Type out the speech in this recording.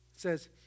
says